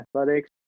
athletics